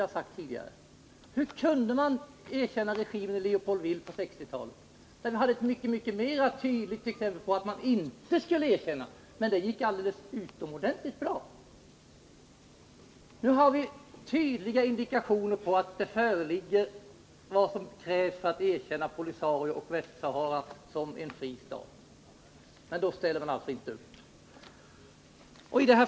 Hur kunde ni på 1960-talet erkänna regimen i Leopoldville? Där hade vi ett mycket klart exempel på en regim som man inte skulle erkänna, men där gick det alldeles utomordentligt bra. Nu har vi tydliga indikationer på att de förutsättningar föreligger som krävs för att erkänna POLISARIO och Västra Sahara som en fri stat. Men då ställer ni alltså inte upp.